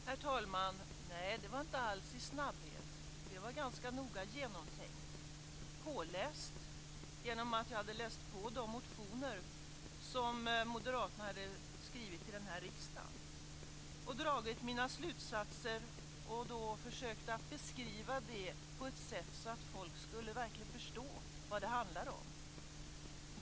Herr talman! Nej, det var inte alls i snabbhet. Det var ganska noga genomtänkt och påläst. Jag hade läst de motioner som Moderaterna har skrivit till riksdagen och dragit mina slutsatser. Jag försökte att beskriva det på ett sätt så att folk verkligen skulle förstå vad det handlade om.